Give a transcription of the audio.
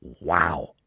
Wow